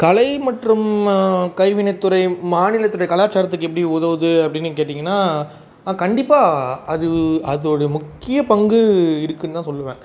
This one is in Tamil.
கலை மற்றும் கைவினைத்துறை மாநிலத்துடைய கலாச்சாரத்துக்கு எப்படி உதவுது அப்படின்னு கேட்டீங்கன்னா கண்டிப்பாக அது அதோடய முக்கிய பங்கு இருக்குதுன்னு தான் சொல்வேன்